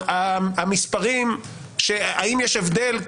המספרים, האם יש הבדל?